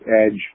edge